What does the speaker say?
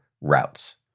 routes